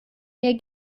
mir